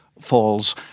falls